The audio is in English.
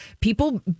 people